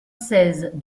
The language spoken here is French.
seize